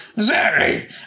Zary